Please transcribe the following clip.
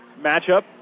matchup